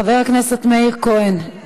חבר הכנסת מאיר כהן, בבקשה.